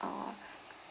uh